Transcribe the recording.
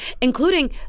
including